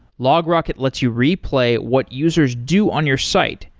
logrocket lets you replay what users do on your site,